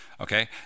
okay